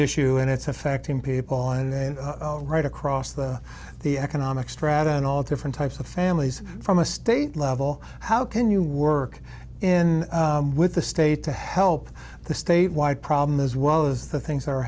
issue and it's affecting people and their right across the the economic strata and all different types of families from a state level how can you work in with the state to help the statewide problem as well as the things